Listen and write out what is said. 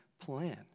plan